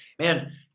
man